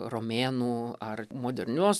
romėnų ar modernios